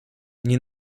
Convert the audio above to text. nie